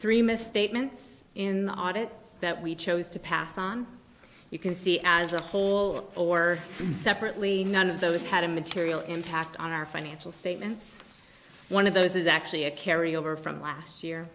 three misstatements in the audit that we chose to pass on you can see as a whole or separately none of those had a material impact on our financial statements one of those is actually a carry over from last year